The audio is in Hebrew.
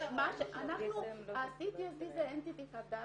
--- ה-CTSD זה --- חדש,